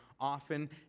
often